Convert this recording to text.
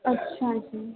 ਅੱਛਾ ਜੀ